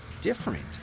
different